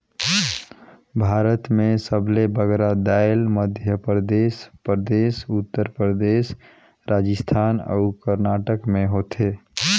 भारत में सबले बगरा दाएल मध्यपरदेस परदेस, उत्तर परदेस, राजिस्थान अउ करनाटक में होथे